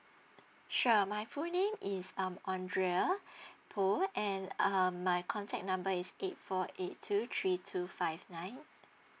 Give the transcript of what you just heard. sure my full name is um andrea puh and um my contact number is eight four eight two three two five nine